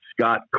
Scott